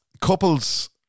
couples